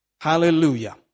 Hallelujah